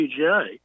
PGA